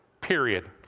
period